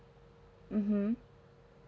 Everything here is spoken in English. mm hmm